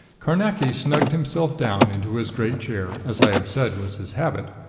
carnacki snugged himself down into his great chair, as i have said was his habit,